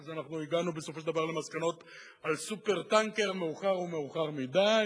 אנחנו הגענו בסופו של דבר למסקנות על "סופר-טנקר" מאוחר או מאוחר מדי.